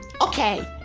okay